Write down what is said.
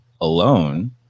alone